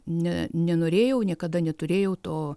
ne nenorėjau niekada neturėjau to